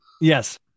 yes